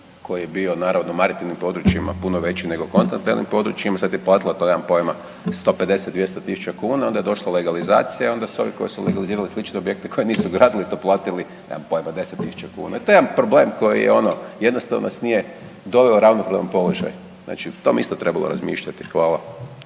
koji je bio naravno u …/Govornik se ne razumije/… područjima puno veći nego u kontinentalnim područjima, sad je platila to nemam pojma 150-200.000 kuna, onda je došla legalizacija i onda su ovi koji su legalizirali slične objekte koje nisu gradili i to platili nemam pojma 10.000 kuna. To je jedan problem koji je ono jednostavno vas nije doveo u ravnopravan položaj, znači o tom isto je trebalo razmišljati. Hvala.